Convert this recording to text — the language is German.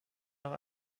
nach